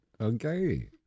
Okay